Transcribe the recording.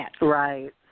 Right